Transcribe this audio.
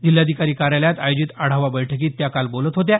जिल्हाधिकारी कार्यालयात आयोजित आढावा बैठकीत त्या काल बोलत होत्या